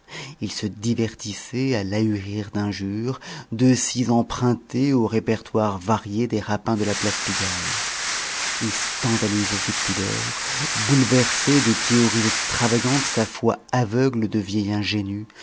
il se divertissait à l'ahurir d'injures de scies empruntées au répertoire varié des rapins de la place pigalle il scandalisait ses pudeurs bouleversait de théories extravagantes sa foi aveugle de vieil ingénu